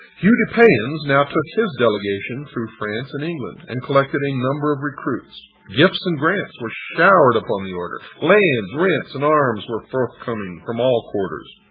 hugh de payens now took his delegation through france and england, and collected a number of recruits. gifts and grants were showered upon the order lands, rents and arms were forthcoming from all quarters.